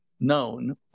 known